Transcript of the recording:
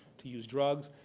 to use drugs,